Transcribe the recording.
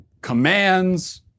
commands